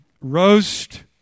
roast